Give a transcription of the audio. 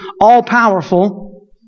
all-powerful